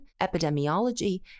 epidemiology